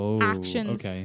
actions